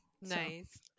Nice